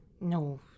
No